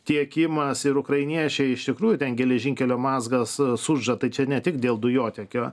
tiekimas ir ukrainiečiai iš tikrųjų ten geležinkelio mazgas sudžia tai čia ne tik dėl dujotiekio